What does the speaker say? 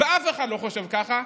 ואף אחד לא חושב כך,